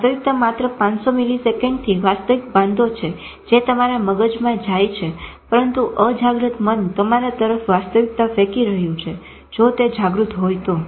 વાસ્તવિકતા માત્ર 500 મીલીસેકંડની વાસ્તવિક બાંધો છે જે તમારા મગજમાં જાઈ છે પરંતુ અજાગ્રત મન તમારા તરફ વાસ્તવિકતા ફેકી રહ્યું છે જો તે જાગૃત હોય તો